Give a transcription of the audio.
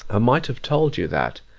i might have told you that,